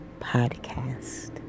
Podcast